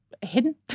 hidden